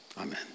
Amen